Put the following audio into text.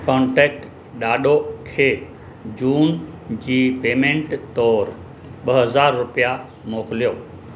contact ॾाॾो खे जून जी पेमेंट तोर ॿ हजार रुपिया मोकिलियो